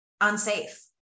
unsafe